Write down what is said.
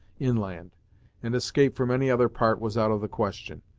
inland and escape from any other part was out of the question.